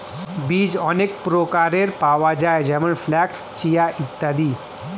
বীজ অনেক প্রকারের পাওয়া যায় যেমন ফ্ল্যাক্স, চিয়া ইত্যাদি